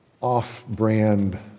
off-brand